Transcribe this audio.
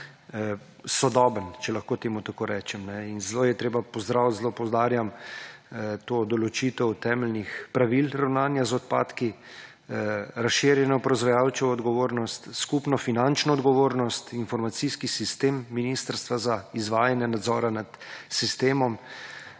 sodoben, če lahko temu tako rečem. Zelo je potrebno pozdraviti, zelo pozdravljam to določitev temeljnih pravil ravnanja z odpadki, razširjeno proizvajalčevo odgovornost, skupno finančno odgovornost, informacijski sistem ministrstva za izvajanja nadzora nad sistemom